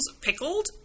pickled